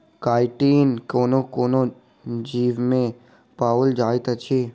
chitin कोनो कोनो जीवमे पाओल जाइत अछि